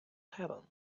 heaven